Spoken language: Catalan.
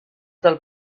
del